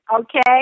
Okay